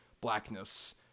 blackness